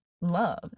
love